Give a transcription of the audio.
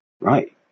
right